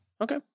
Okay